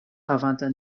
havanta